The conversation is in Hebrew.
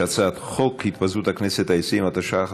הצעת חוק התפזרות הכנסת העשרים,